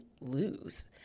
lose